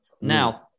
Now